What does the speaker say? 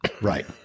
Right